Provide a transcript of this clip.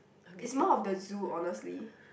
it's more of the zoo honestly